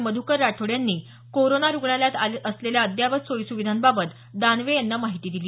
मधुकर राठोड यांनी कोरोना रुग्णालयात असलेल्या अद्ययावत सोयी सुविधांबाबत दानवे यांना माहिती दिली